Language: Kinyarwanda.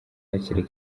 hakiri